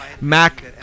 Mac